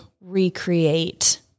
recreate